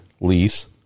lease